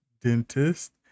dentist